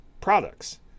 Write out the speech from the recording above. products